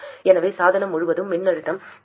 எனவே சாதனம் முழுவதும் மின்னழுத்தம் 2